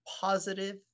positive